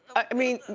i mean,